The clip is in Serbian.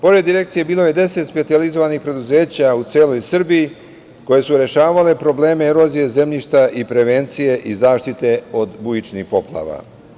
Pored Direkcije bilo je deset specijalizovanih preduzeća u celoj Srbiji koji su rešavale probleme erozije zemljišta i prevencije i zaštite od bujičnih poplava.